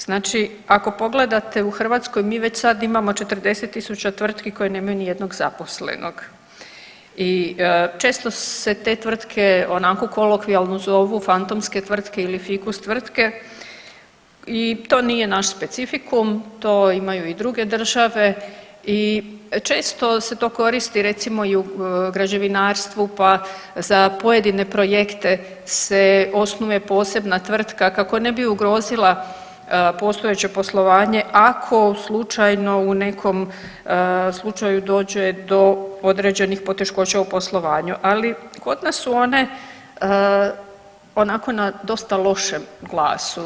Znači ako pogledate u Hrvatskoj mi već sad imamo 40.000 tvrtki koje nemaju nijednog zaposlenog i često se te tvrtke onako kolokvijalno zovu fantomske tvrtke ili fikus tvrtke i to nije naš specifikum, to imaju i druge države i često se to koristi recimo i u građevinarstvu, pa za pojedine projekte se osnuje posebna tvrtka kako ne bi ugrozila postojeće poslovanje ako slučajno u nekom slučaju dođe do određenih poteškoća u poslovanju, ali kod nas su one onako na dosta lošem glasu.